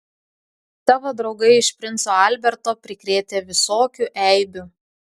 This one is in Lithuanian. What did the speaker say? tavo draugai iš princo alberto prikrėtę visokių eibių